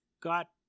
got